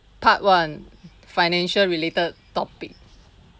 part one financial related topic